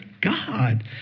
God